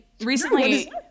recently